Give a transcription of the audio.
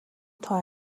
тоо